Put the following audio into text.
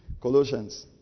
Colossians